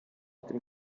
dem